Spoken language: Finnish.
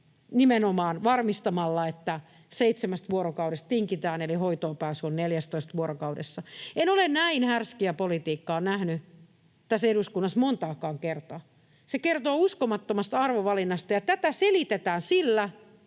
nimenomaan varmistamalla, että seitsemästä vuorokaudesta tingitään eli hoitoonpääsy on 14 vuorokaudessa. En ole näin härskiä politiikkaa nähnyt tässä eduskunnassa montaakaan kertaa. Se kertoo uskomattomasta arvovalinnasta, ja tätä selitetään sillä,